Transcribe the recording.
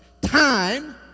time